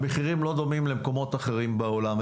המחירים לא דומים למקומות אחרים בעולם.